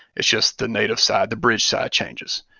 it's just the native side, the bridge side changes